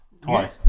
twice